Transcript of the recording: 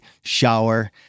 Shower